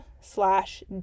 slash